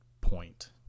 point